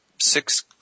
six